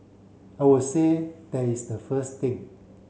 I would say that is the first thing